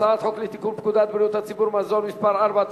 הצעת חוק לתיקון פקודת בריאות הציבור (מזון) (מס' 4),